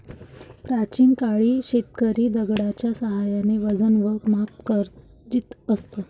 प्राचीन काळी शेतकरी दगडाच्या साहाय्याने वजन व माप करीत असत